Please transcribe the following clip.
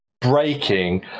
breaking